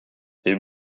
est